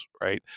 right